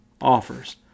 offers